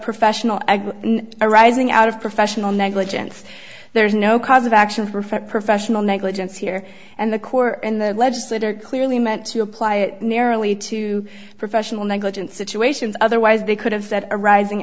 professional arising out of professional negligence there is no cause of action for for professional negligence here and the court and the legislator clearly meant to apply it narrowly to professional negligence situations otherwise they could have said arising